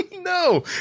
No